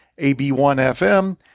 AB1FM